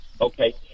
Okay